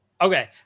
Okay